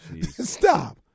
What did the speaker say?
Stop